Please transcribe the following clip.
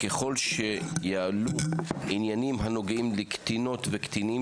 ככל שיעלו עניינים הנוגעים לקטינות וקטינים